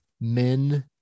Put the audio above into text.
men